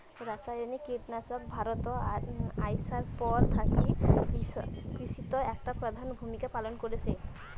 রাসায়নিক কীটনাশক ভারতত আইসার পর থাকি কৃষিত একটা প্রধান ভূমিকা পালন করসে